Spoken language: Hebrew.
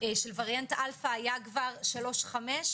של ויריאנט אלפא היה כבר 3.5,